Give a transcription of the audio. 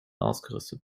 ausgerüstet